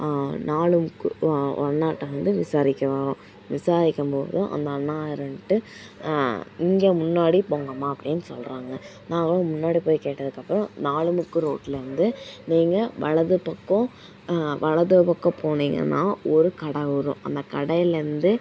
நாலு முக்கு ஒரு அண்ணாகிட்ட வந்து விசாரிக்கறோம் விசாரிக்கும் போது அந்த அண்ணா இருந்துட்டு இங்கே முன்னாடி போங்கம்மா அப்படினு சொல்கிறாங்க நாங்களும் முன்னாடி போய் கேட்டதுக்கு அப்பறம் நாலு முக்கு ரோட்டில் இருந்து நீங்கள் வலது பக்கம் வலது பக்கம் போனிங்கன்னால் ஒரு கடை வரும் அந்த கடையிலருந்து